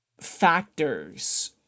factors